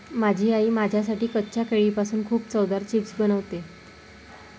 माझी आई माझ्यासाठी कच्च्या केळीपासून खूप चवदार चिप्स बनवते